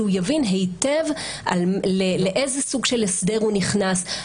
שהוא יבין היטב לאיזה סוג של הסדר הוא נכנס,